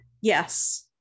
yes